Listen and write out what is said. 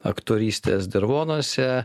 aktorystės dirvonuose